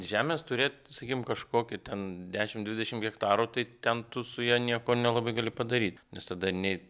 žemės turėt sakykim kažkokį ten dešimt dvidešimt hektarų tai ten tu su ja nieko nelabai gali padaryt nes tada nei